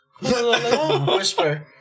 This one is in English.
whisper